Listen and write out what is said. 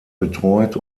betreut